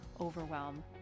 overwhelm